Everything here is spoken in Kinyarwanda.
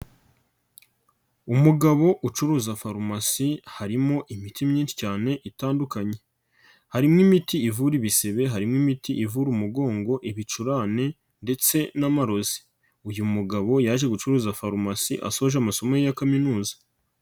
Umugabo ucuruza farumasi harimo imiti myinshi cyane itandukanye, harimo imiti ivura ibisebe, harimo imiti ivura umugongo, ibicurane ndetse n'amarozi, uyu mugabo yaje gucuruza farumasi asoje amasomo ye ya kaminuza.